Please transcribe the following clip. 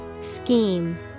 Scheme